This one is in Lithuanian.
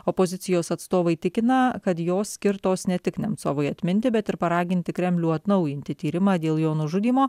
opozicijos atstovai tikina kad jos skirtos ne tik nemcovui atminti bet ir paraginti kremlių atnaujinti tyrimą dėl jo nužudymo